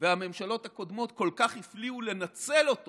והממשלות הקודמות כל כך הפליאו לנצל אותו